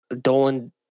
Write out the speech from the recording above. Dolan